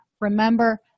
Remember